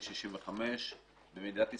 - בגיל 65. במדינת ישראל,